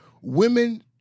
women